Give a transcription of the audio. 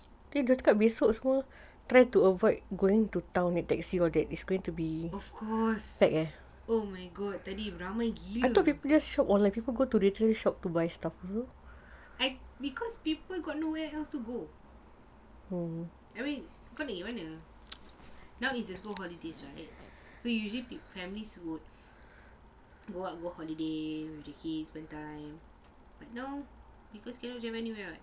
of course oh my god tadi ramai gila because people got nowhere else to go kau nak pergi mana now there's no holidays right so usually families would go on holidays with the kids spend time but now people cannot travel anywhere [what]